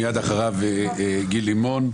מיד אחריו גיל לימון,